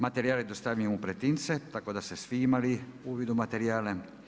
Materijal je dostavljen u pretince tako da ste svi imali uvid u materijale.